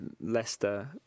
Leicester